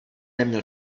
neměl